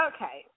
Okay